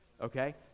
okay